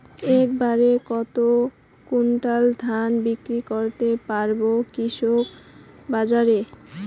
এক বাড়ে কত কুইন্টাল ধান বিক্রি করতে পারবো কৃষক বাজারে?